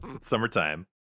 Summertime